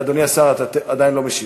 אדוני השר, אתה עדיין לא משיב.